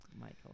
michael